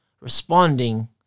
responding